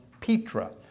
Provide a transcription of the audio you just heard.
Petra